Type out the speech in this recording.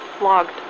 Logged